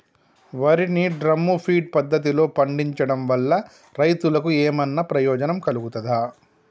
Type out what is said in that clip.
వరి ని drum feed పద్ధతిలో పండించడం వల్ల రైతులకు ఏమన్నా ప్రయోజనం కలుగుతదా?